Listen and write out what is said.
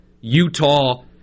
Utah